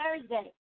Thursday